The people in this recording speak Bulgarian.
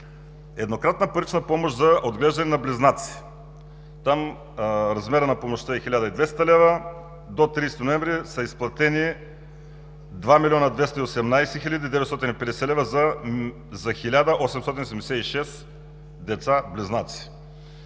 Еднократна парична помощ за отглеждане на близнаци – размерът на помощта е 1200 лв., до 30 ноември са изплатени 2 млн. 218 хил. 950 лв. за 1876 деца – близнаци.